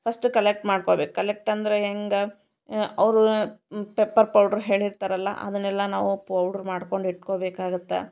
first collect ಮಾಡ್ಕೋಬೇಕು collect ಅಂದರೆ ಹೆಂಗೆ ಅವರು ಪೆಪ್ಪರ್ ಪೌಡ್ರು ಹೇಳಿರತಾರಲ್ಲ ಅದನ್ನೆಲ್ಲ ನಾವು ಪೌಡ್ರು ಮಾಡ್ಕೊಂಡು ಇಟ್ಕೋಬೇಕಾಗತ್ತೆ